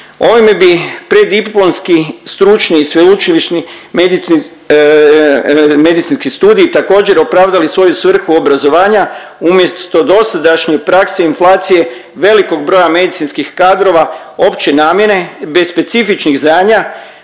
Ovime bi preddiplomski stručni i sveučilišni medicinski studij također, opravdali svoju svrhu obrazovanja umjesto dosadašnje prakse inflacije velikog broja medicinskih kadrova opće namjene, bez specifičnih znanja